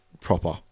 proper